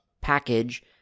package